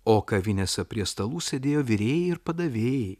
o kavinėse prie stalų sėdėjo virėjai ir padavėjai